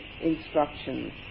instructions